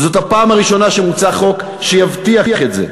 זאת הפעם הראשונה שמוצע חוק שיבטיח את זה.